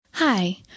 Hi